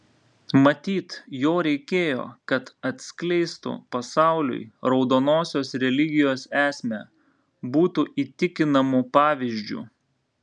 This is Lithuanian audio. matyt jo reikėjo kad atskleistų pasauliui raudonosios religijos esmę būtų įtikinamu pavyzdžiu